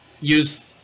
use